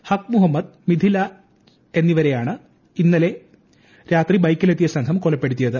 ഹക്ക് മുഹമ്മദ് മിഥിലാജ് എന്നിവരെയാണ് ഇന്നലെ രാത്രി ബൈക്കിലെത്തിയ സംഘം കൊലപ്പെടുത്തിയത്